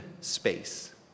space